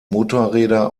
motorräder